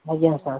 ଆଜ୍ଞା ସାର୍